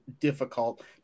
difficult